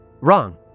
Wrong